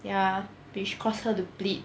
ya which caused her to bleed